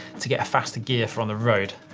to get a faster gear for on the road.